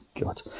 God